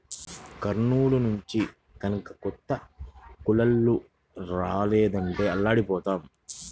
కర్నూలు నుంచి గనక కొత్త కూలోళ్ళు రాలేదంటే అల్లాడిపోతాం